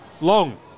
long